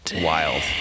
wild